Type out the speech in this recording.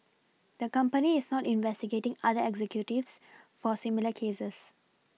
the company is not investigating other executives for similar cases